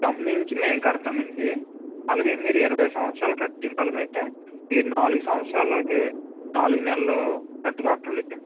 company నుంచి మేము కడతామండి అలాగే మీరు ఇరవై సంవత్సరాలు కట్టే పరమైతే మీరు నాలుగు సంవత్సరాల్లోకి నాలుగు నెలలు కట్టక్కర్లేదు అండి